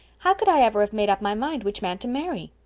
how could i ever have made up my mind which man to marry?